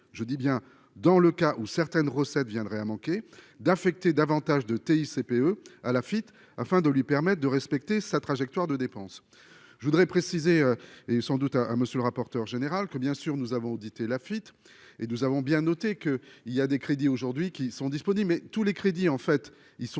je dis bien dans le cas où certaines recettes viendrait à manquer d'affecter davantage de TICPE à la fuite afin de lui permettre de respecter sa trajectoire de dépenses, je voudrais préciser, et sans doute à à monsieur le rapporteur général que bien sûr nous avons auditer la fuite et nous avons bien noté que, il y a des crédits aujourd'hui qui sont disponible mais tous les crédits en fait, ils sont bien